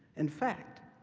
in fact,